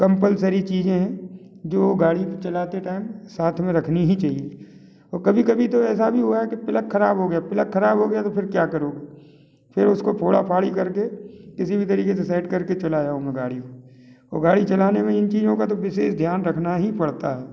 compulsory चीज़ें है जो गाड़ी चलाते टाइम साथ मे रखनी ही चाहिए और कभी कभी तो ऐसा भी हुआ है कि प्लग खराब हो गया प्लग खराब हो गया तो फिर क्या करूँ फिर उसको फोड़ा फाड़ी करके किसी भी तरीके से सेट कराके चलाया हूँ मैं गाड़ी को और गाड़ी चलाने में इन चीज़ों का तो विशेष ध्यान रखना ही पड़ता है